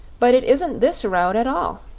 but it isn't this road at all.